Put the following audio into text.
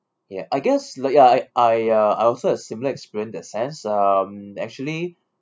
ya I guess like ya I I uh I also have similar experience in that sense um actually